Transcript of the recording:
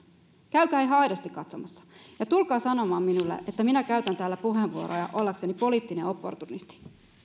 käykää ihan aidosti katsomassa ja tulkaa sanomaan minulle että minä käytän täällä puheenvuoroja ollakseni poliittinen opportunisti